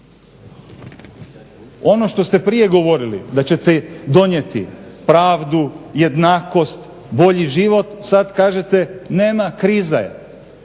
Ono što ste prije govorili da ćete donijeti pravdu, jednakost, bolji život, sada kažete, nema kriza je.